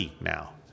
now